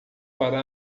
para